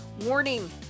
Warning